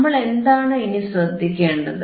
നമ്മളെന്താണ് ഇനി ശ്രദ്ധിക്കേണ്ടത്